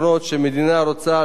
להפריט אגפים.